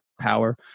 power